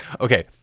Okay